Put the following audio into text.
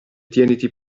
tieniti